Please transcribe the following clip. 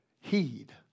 Heed